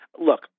Look